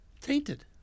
Tainted